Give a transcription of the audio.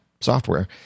software